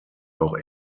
auch